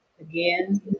Again